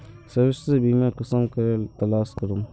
स्वास्थ्य बीमा कुंसम करे तलाश करूम?